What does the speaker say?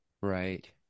Right